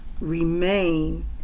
remain